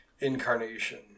incarnation